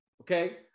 Okay